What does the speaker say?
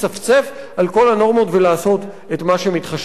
על כל הנורמות ולעשות את מה שמתחשק לנו.